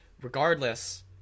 Regardless